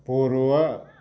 बर'आ